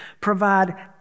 provide